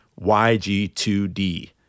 YG2D